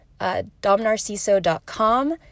domnarciso.com